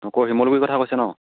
ক'ৰ শিমলুগুৰিৰ কথা কৈছে নহ্